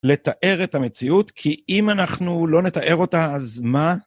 לתאר את המציאות, כי אם אנחנו לא נתאר אותה, אז מה